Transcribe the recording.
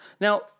Now